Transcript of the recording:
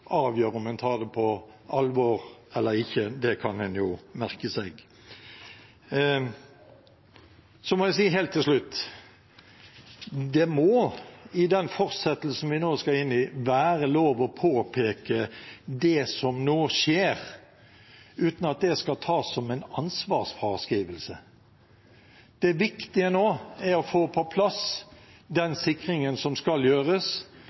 avgjør om en tar det på alvor eller ikke. Det kan en jo merke seg. Så må jeg si helt til slutt: Det må – i den fortsettelsen vi nå skal inn i – være lov å påpeke det som nå skjer, uten at det skal tas som en ansvarsfraskrivelse. Det viktige nå er å få på plass den sikringen som skal gjøres,